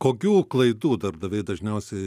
kokių klaidų darbdaviai dažniausiai